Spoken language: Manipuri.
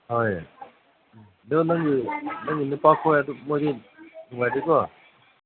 ꯍꯣꯏ ꯑꯗꯨ ꯅꯪ ꯅꯪꯒꯤ ꯅꯨꯄꯥꯈꯣꯏ ꯃꯣꯏꯗꯤ ꯅꯨꯡꯉꯥꯏꯔꯤꯀꯣ